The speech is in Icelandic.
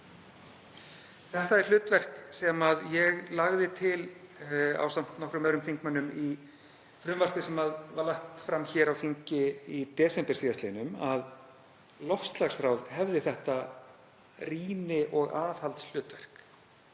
Þetta er hlutverk sem ég lagði til ásamt nokkrum öðrum þingmönnum í frumvarpi sem var lagt fram hér á þingi í desember síðastliðnum, að loftslagsráð hefði þetta rýni- og aðhaldshlutverk.